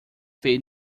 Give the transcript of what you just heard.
paid